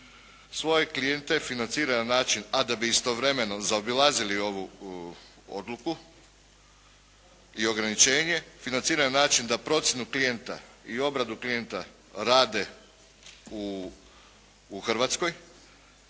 svoje klijente financira na način, a da bi istovremeno zaobilazili ovu odluku i ograničenje financiraju na način da procjenu klijenta i obradu klijenta rade u Hrvatskoj